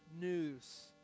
news